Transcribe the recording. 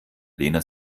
lena